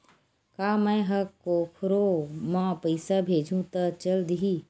का मै ह कोखरो म पईसा भेजहु त चल देही?